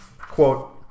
Quote